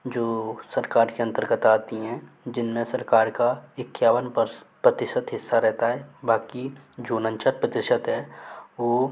जो सरकार के अन्तर्गत आते हैं जिनमें सरकार का इक्यावन प्रतिशत हिस्सा रहता है बाक़ी जो उनचास प्रतिशत है वो